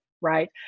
right